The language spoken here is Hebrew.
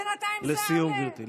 לסיום, גברתי.